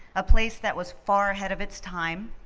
a place that was far ahead of its time